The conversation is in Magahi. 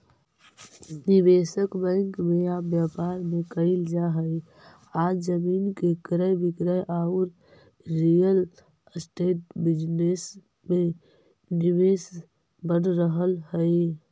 निवेश बैंक में या व्यापार में कईल जा हई आज जमीन के क्रय विक्रय औउर रियल एस्टेट बिजनेस में निवेश बढ़ रहल हई